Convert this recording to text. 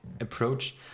approach